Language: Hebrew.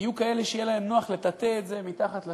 יהיו כאלה שיהיה להם נוח לטאטא את זה מתחת לשולחן,